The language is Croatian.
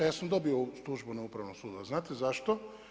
Ja sam dobio tužbu na upravnom sudu, a znate zašto?